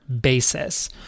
basis